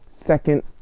second